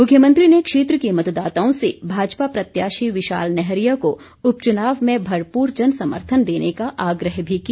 मुख्यमंत्री ने क्षेत्र के मतदाताओं से भाजपा प्रत्याशी विशाल नैहरिया को उपचुनाव में भरपूर जनसमर्थन देने का आग्रह भी किया